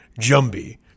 Jumbie